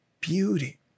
beauty